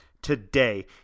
today